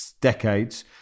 decades